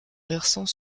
versant